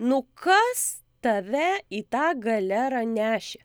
nu kas tave į tą galerą nešė